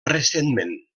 recentment